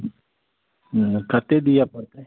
एहिमे कतेक दिअ पड़तै